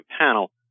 panel